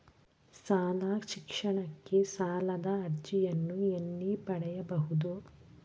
ಶಾಲಾ ಶಿಕ್ಷಣಕ್ಕೆ ಸಾಲದ ಅರ್ಜಿಯನ್ನು ಎಲ್ಲಿ ಪಡೆಯಬಹುದು?